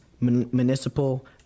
municipal